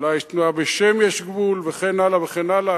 אולי יש תנועה בשם "יש גבול", וכן הלאה וכן הלאה.